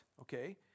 Okay